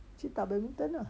去 badminton lah